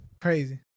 Crazy